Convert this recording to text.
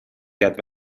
کرد